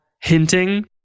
hinting